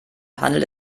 handelt